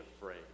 afraid